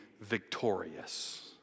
victorious